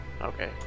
Okay